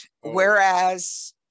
whereas